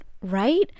right